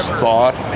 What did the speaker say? thought